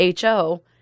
HO